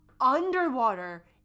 underwater